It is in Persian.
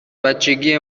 بچگی